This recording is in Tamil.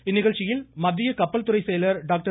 இந்நிகழ்ச்சியில் மத்திய கப்பல்துறை செயலர் டாக்டர்